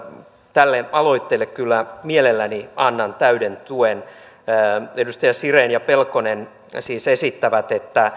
tälle aloitteelle kyllä mielelläni annan täyden tuen edustajat siren ja pelkonen siis esittävät että